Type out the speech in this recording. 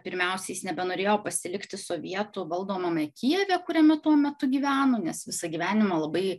pirmiausia jis nebenorėjo pasilikti sovietų valdomame kijeve kuriame tuo metu gyveno nes visą gyvenimą labai